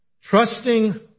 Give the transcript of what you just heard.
trusting